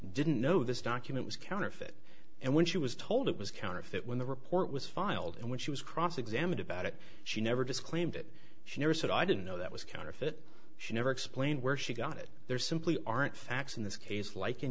didn't know this document was counterfeit and when she was told it was counterfeit when the report was filed and when she was cross examined about it she never disclaimed it she never said i didn't know that was counterfeit she never explained where she got it there simply aren't facts in this case lik